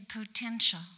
potential